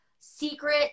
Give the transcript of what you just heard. secret